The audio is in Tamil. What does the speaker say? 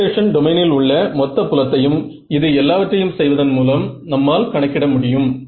கம்ப்யூடேஷன் டொமைனில் உள்ள மொத்த புலத்தையும் இது எல்லாவற்றையும் செய்வதன் மூலம் நம்மால் கணக்கிட முடியும்